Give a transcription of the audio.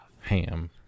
ham